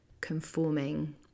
conforming